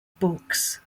books